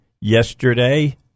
yesterday